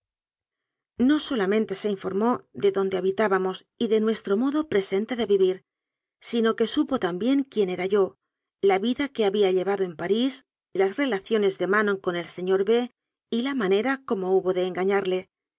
no solamente se informó de donde ha bitábamos y de nuestro modo presente de vivir sino que supo también quién era yo la vida que había llevado en parís las relaciones de manon con el señor b y la manera como hubo de